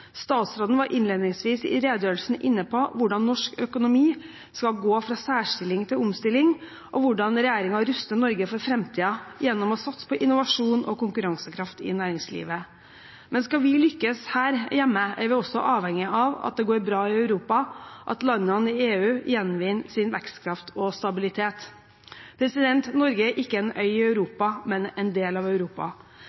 Statsråden var innledningsvis i redegjørelsen inne på hvordan norsk økonomi skal gå fra særstilling til omstilling, og hvordan regjeringen ruster Norge for framtiden gjennom å satse på innovasjon og konkurransekraft i næringslivet. Men skal vi lykkes her hjemme, er vi også avhengig av at det går bra i Europa, og at landene i EU gjenvinner sin vekstkraft og stabilitet. Norge er ikke en øy i Europa, men en del av Europa,